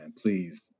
Please